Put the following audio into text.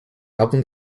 album